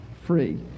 free